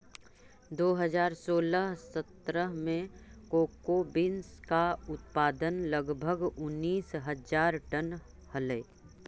दो हज़ार सोलह सत्रह में कोको बींस का उत्पादन लगभग उनीस हज़ार टन हलइ